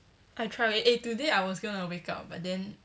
I try eh today I was gonna wake up but then